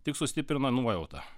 tik sustiprina nuojautą